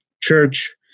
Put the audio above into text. church